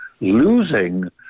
losing